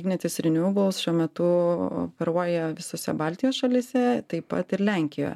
ignitis renewables šiuo metu operuoja visose baltijos šalyse taip pat ir lenkijoje